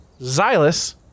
Xylus